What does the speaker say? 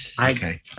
Okay